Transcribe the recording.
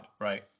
right